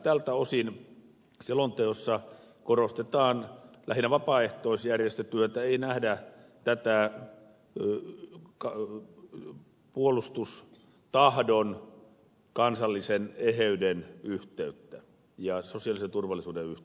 tältä osin selonteossa korostetaan lähinnä vapaaehtoisjärjestötyötä ei nähdä tätä puolustustahdon kansallisen eheyden ja sosiaalisen turvallisuuden yhteyttä